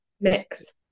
mixed